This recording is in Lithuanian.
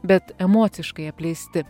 bet emociškai apleisti